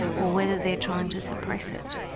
or whether they're trying to suppress it.